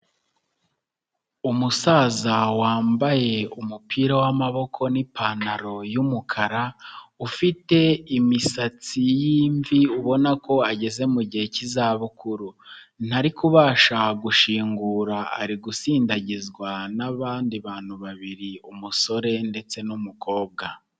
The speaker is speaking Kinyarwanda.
Umusaza wambaye umupira w'amaboko n'ipantaro y'umukara, ufite imisatsi y'imvi ubona ko ageze mu gihe cy'izabukuru, ntari kubasha gushingura ari gusindagizwa n'abandi bantu babiri, umusore ndetse n'umukobwa.